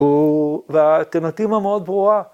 או, והאלטרנטיבה מאוד ברורה